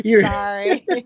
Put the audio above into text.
Sorry